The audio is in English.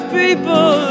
people